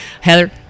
Heather